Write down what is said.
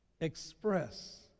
express